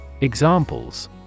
Examples